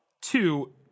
Two